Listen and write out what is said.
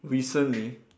recently